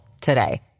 today